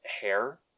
hair